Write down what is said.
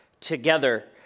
together